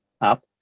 up